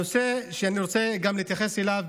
הנושא שאני רוצה גם להתייחס אליו,